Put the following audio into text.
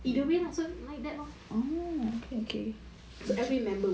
aku rasa aku tak tahu ah aku tak confirm but I mean how else are they gonna give you [what]